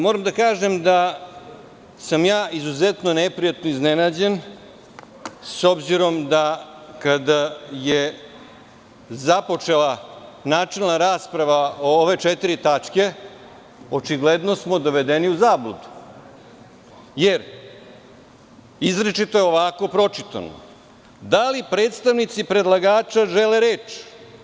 Moram da kažem da sam ja izuzetno neprijatno iznenađen, s obzirom da kada je započela načelna rasprava o ove četiri tačke, očigledno smo dovedeni u zabludu, jer izričito je ovako pročitano – da li predstavnici predlagača žele reč?